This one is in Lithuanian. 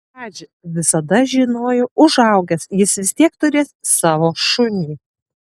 radži visada žinojo užaugęs jis vis tiek turės savo šunį